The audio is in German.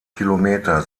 kilometer